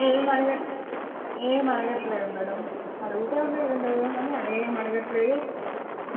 ఏం అడగలేదు ఏం అడగట్లేదు మ్యాడమ్ అడుగుతాను ఉండేది కానీ ఆడేం అడగట్లేదు